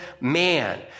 man